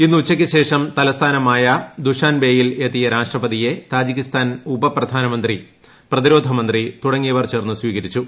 ഇന്ന് ഉച്ചയ്ക്ക്ശേഷം തലസ്ഥാനമായ ദുഷാൻബേയിൽ എത്തിയ രാഷ്ട്രപതിയെ താജിക്കിസ്ഥാൻ ഉപപ്രധാനമന്ത്രി പ്രതിരോധമന്ത്രി തുടങ്ങിയവർ ചേർന്ന് സ്വീകരിച്ചു